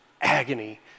agony